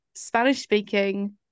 Spanish-speaking